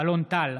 אלון טל,